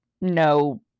no